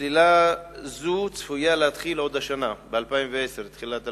סלילה זו צפויה להתחיל עוד השנה, בתחילת 2010,